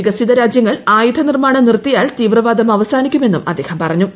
വികസിതരാജ്യങ്ങൾ ആയുധനിർമ്മാണം നിർത്തിയാൽ തീവ്രവാദം അവസാനിക്കുമെന്നും അദ്ദേഹം പറഞ്ഞു